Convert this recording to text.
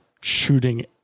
shooting